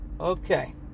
okay